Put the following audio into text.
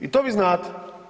I to vi znate.